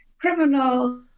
criminal